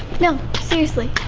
no, seriously.